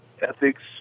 Ethics